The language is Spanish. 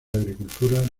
agricultura